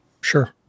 Sure